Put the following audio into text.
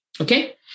okay